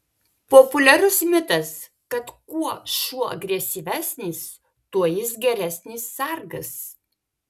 populiarus mitas kad kuo šuo agresyvesnis tuo jis geresnis sargas